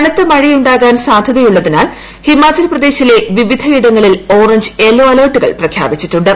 കനത്ത മഴ ഉണ്ടാകാൻ സാധ്യതയുള്ളതിനാൽ ഹിമാചൽ പ്രദേശിലെ വിവിധയിടങ്ങളിൽ ഓറഞ്ച് യെല്ലോ അലർട്ടുകൾ പ്രഖ്യാപിച്ചിട്ടുണ്ട്